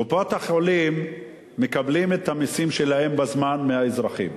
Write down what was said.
קופות-החולים מקבלות את המסים שלהן בזמן מהאזרחים,